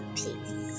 peace